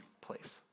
place